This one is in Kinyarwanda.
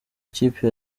ikipe